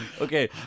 okay